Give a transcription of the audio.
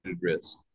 risk